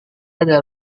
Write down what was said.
ada